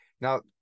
Now